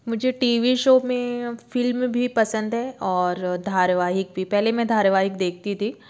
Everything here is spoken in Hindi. मुझे टी वी शो में फिल्म भी पसंद है और धारावाहिक भी पहले मैं धारावाहिक देखती थी